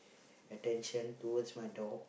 attention towards my dog